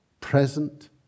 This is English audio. present